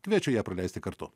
kviečiu ją praleisti kartu